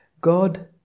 God